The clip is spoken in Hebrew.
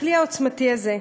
הכלי העוצמתי הזה,